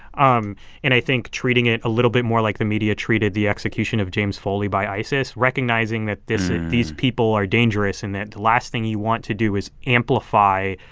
um and i think treating it a little bit more like the media treated the execution of james foley by isis, recognizing that this these people are dangerous and that the last thing you want to do is amplify,